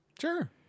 Sure